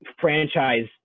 franchise